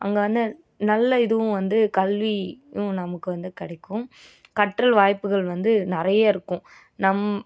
அங்கே வந்து நல்ல இதுவும் வந்து கல்வியும் நமக்கு வந்து கிடைக்கும் கற்றல் வாய்ப்புகள் வந்து நிறைய இருக்கும் நம்